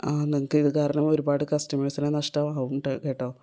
നിങ്ങൾ ക്ക് ഇത് കാരണം ഒരുപാട് കസ്റ്റമേഴ്സിനെ നഷ്ടമാവും കേട്ടോ